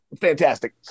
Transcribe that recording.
Fantastic